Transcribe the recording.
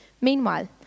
Meanwhile